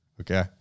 Okay